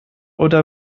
oder